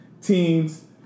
teens